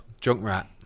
Junkrat